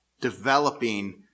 developing